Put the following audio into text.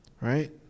Right